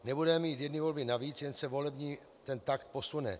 Nebudeme mít jedny volby navíc, jen se volební tah posune.